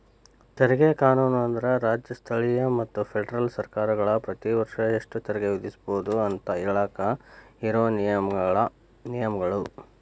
ತೆರಿಗೆ ಕಾನೂನು ಅಂದ್ರ ರಾಜ್ಯ ಸ್ಥಳೇಯ ಮತ್ತ ಫೆಡರಲ್ ಸರ್ಕಾರಗಳ ಪ್ರತಿ ವರ್ಷ ಎಷ್ಟ ತೆರಿಗೆ ವಿಧಿಸಬೋದು ಅಂತ ಹೇಳಾಕ ಇರೋ ನಿಯಮಗಳ